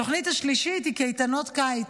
התוכנית השלישית היא קייטנות קיץ.